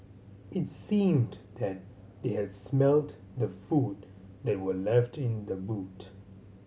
it seemed that they had smelt the food that were left in the boot